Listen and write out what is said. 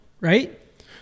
right